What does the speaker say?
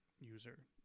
user